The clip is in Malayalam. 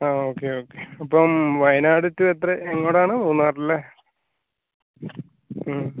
ആ ഓക്കെ ഓക്കെ അപ്പം വയനാട് ടു എത്ര എങ്ങോട്ടാണ് മൂന്നാറല്ലേ